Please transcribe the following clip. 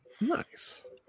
nice